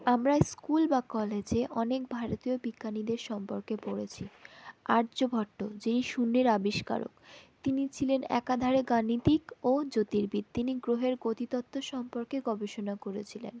আমরা স্কুল বা কলেজে অনেক ভারতীয় বিজ্ঞানীদের সম্পর্কে পড়েছি আর্যভট্ট যেই শূন্যের আবিষ্কারক তিনি ছিলেন একাধারে গাণিতিক ও জ্যোতির্বিদ তিনি গ্রহের গতিতত্ত্ব সম্পর্কে গবেষণা করেছিলেন